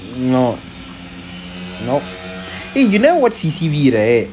no not eh you never watch C_C_V right